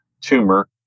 tumor